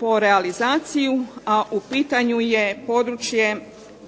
po realizaciji, a u pitanju je područje